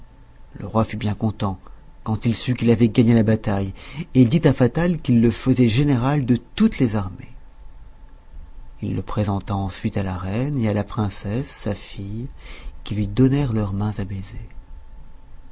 avait gagné la bataille et dit à fatal qu'il le faisait général de toutes les armées il le présenta ensuite à la reine et à la princesse sa fille qui lui donnèrent leurs mains à baiser